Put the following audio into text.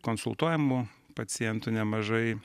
konsultuojamų pacientų nemažai